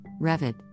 Revit